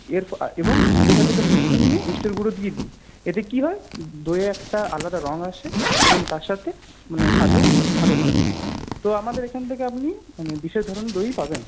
এবং দুধের সাথে ওটা মিশিয়ে নিয়ে ইস্টের গুঁড়ো দিয়ে দিই এতে কি হয় দইয়ে একটা আলাদা রঙ আসে এবং তার সাথে মানে স্বাদেও ভালো লাগে তো আমাদের এখান থেকে আপনি বিশেষ ধরনের দই পাবেন